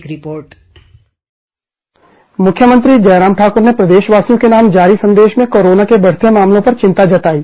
एक रिपोर्ट मुख्यमंत्री जयराम ठाकर ने प्रदेशवासियों के नाम जारी संदेश में कोरोना के बढ़ते मामलों पर चिंता जताई है